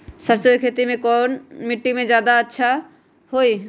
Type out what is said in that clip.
सरसो के खेती कौन मिट्टी मे अच्छा मे जादा अच्छा होइ?